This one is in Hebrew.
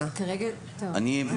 אני מבקש